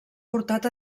portat